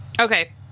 Okay